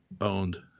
owned